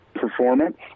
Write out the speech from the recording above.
performance